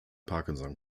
parkinson